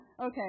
Okay